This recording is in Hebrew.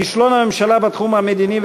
כישלון הממשלה בתחום המדיני,